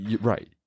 Right